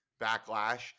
backlash